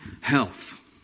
health